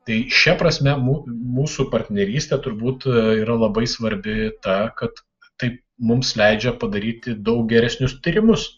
tai šia prasme mū mūsų partnerystė turbūt yra labai svarbi ta kad tai mums leidžia padaryti daug geresnius tyrimus